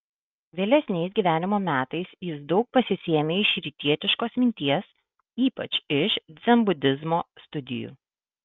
vėlesniais gyvenimo metais jis daug pasisėmė iš rytietiškos minties ypač iš dzenbudizmo studijų